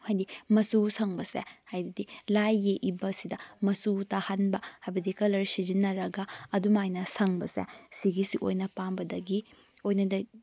ꯍꯥꯏꯗꯤ ꯃꯆꯨ ꯁꯪꯕꯁꯦ ꯍꯥꯏꯕꯗꯤ ꯂꯥꯏ ꯌꯦꯛꯂꯤꯕꯁꯤꯗ ꯃꯆꯨ ꯇꯥꯍꯟꯕ ꯍꯥꯏꯕꯗꯤ ꯀꯂꯔ ꯁꯤꯖꯤꯟꯅꯔꯒ ꯑꯗꯨꯝ ꯍꯥꯏꯅ ꯁꯪꯕꯁꯦ ꯁꯤꯒꯤꯁꯤ ꯑꯣꯏꯅ ꯄꯥꯝꯕꯗꯒꯤ